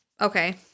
okay